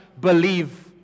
believe